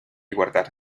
guardar